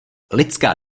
lidská